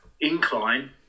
incline